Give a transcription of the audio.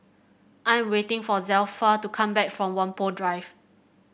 I am waiting for Zelpha to come back from Whampoa Drive